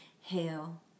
Hail